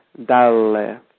dalle